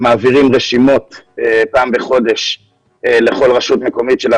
אחת לחודש מעבירים רשימות לכל רשות מקומית בה